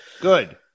good